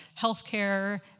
healthcare